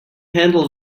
handle